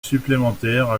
supplémentaire